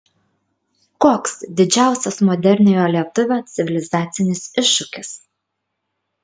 koks didžiausias moderniojo lietuvio civilizacinis iššūkis